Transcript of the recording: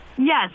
Yes